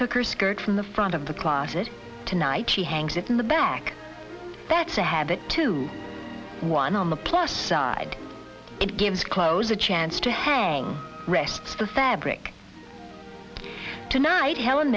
took her skirt from the front of the closet tonight she hangs it in the back that's a habit to one on the plus side it gives clothes a chance to hang rests the fabric tonight helen